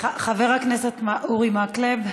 חבר הכנסת אורי מקלב,